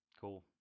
Cool